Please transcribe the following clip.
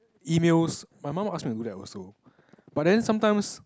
emails my mum would ask me to do that also but then sometimes